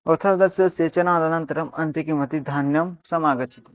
औषधस्य सेचनादनन्तरम् अन्ते किं भवति धान्यं समागच्छति